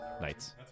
nights